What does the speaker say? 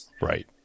right